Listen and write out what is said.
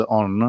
on